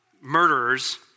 murderers